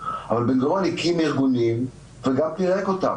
אבל בן-גוריון הקים ארגונים וגם פירק אותם.